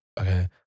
okay